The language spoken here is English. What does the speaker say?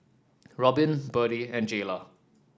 Robyn Byrdie and Jaylah